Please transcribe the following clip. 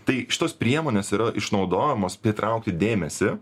tai šitos priemonės yra išnaudojamos pritraukti dėmesį